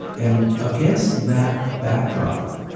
and against that backdrop,